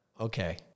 Okay